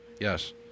Yes